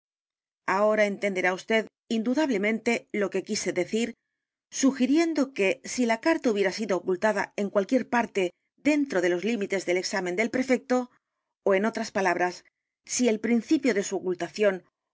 y cuentos indudablemente lo que quise decir sugiriendo que si la carta hubiera sido ocultada en cualquier parte dentro de los límites del examen del prefecto ó en otras palabras si el principio de su ocultación